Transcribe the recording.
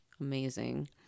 amazing